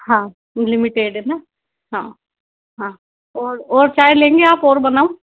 हाँ लिमिटेड है ना हाँ हाँ और और चाय लेंगे आप और बनाऊॅँ